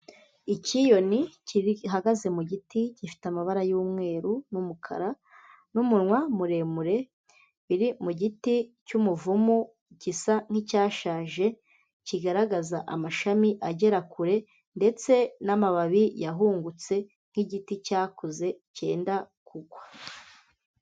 Icyiyoni kiri hagaze mu giti gifite amabara y'umweru, n'umukara, n'umunwa muremure, biri mu giti cy'umuvumu, gisa nk'icyashaje, kigaragaza amashami agera kure. Ndetse n'amababi yahungutse, nk'igiti cyakuze cyenda kugwa.